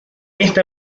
esta